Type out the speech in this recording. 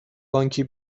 بانکی